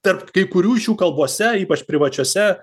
tarp kai kurių iš jų kalbose ypač privačiose